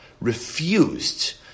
refused